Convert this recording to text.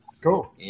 Cool